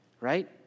right